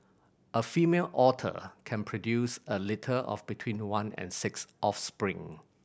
a female otter can produce a litter of between one and six offspring